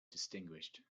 distinguished